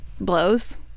blows